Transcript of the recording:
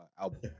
album